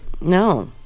No